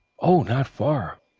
oh, not far,